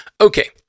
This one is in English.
Okay